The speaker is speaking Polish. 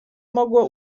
mogło